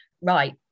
right